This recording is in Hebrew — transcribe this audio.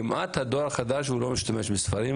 כמעט הדור החדש לא משתמש בספרים,